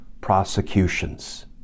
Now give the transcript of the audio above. prosecutions